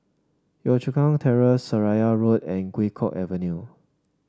Yio Chu Kang Terrace Seraya Road and Guok Avenue